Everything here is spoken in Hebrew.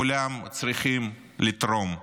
כולם צריכים לתרום.